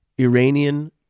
Iranian